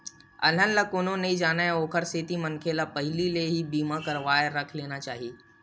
अलहन ला कोनो नइ जानय ओखरे सेती मनखे ल पहिली ले ही बीमा करवाके रख लेना चाही